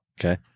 Okay